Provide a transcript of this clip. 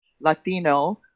Latino